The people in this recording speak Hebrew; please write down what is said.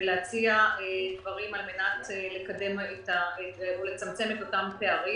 ולהציע הצעות על מנת לצמצם את הפערים.